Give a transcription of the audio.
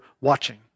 watching